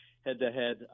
head-to-head